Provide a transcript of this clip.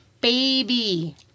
baby